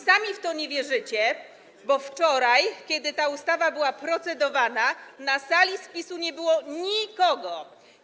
Sami w to nie wierzycie, bo wczoraj, kiedy ta ustawa była procedowana, na sali nie było nikogo z PiS-u.